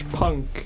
punk